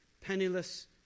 penniless